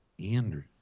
Andrew